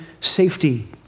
safety